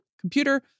computer